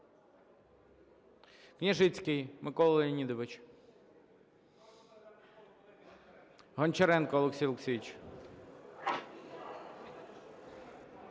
Княжицький Микола Леонідович. Гончаренко Олексій Олексійович.